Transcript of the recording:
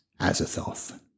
Azathoth